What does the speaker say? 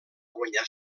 guanyar